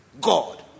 God